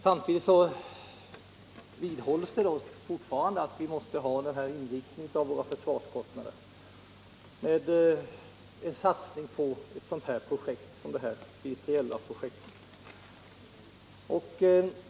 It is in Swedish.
Samtidigt vidhålls att våra försvarskostnader måste vara inriktade på en satsning på ett sådant projekt som B3LA.